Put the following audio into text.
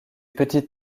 petite